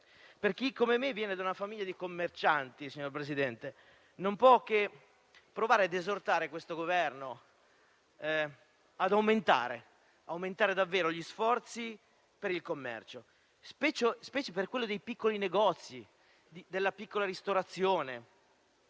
Chi, come me, viene da una famiglia di commercianti non può che provare a esortare questo Governo ad aumentare davvero gli sforzi per il commercio, specie per i piccoli negozi, la piccola ristorazione,